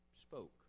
spoke